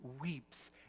weeps